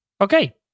Okay